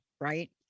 right